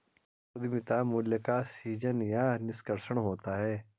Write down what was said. उद्यमिता मूल्य का सीजन या निष्कर्षण होता है